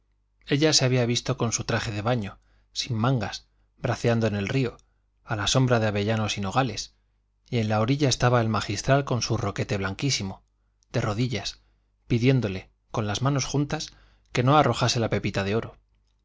ella se había visto con su traje de baño sin mangas braceando en el río a la sombra de avellanos y nogales y en la orilla estaba el magistral con su roquete blanquísimo de rodillas pidiéndole con las manos juntas que no arrojase la pepita de oro